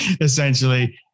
essentially